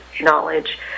knowledge